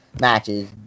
matches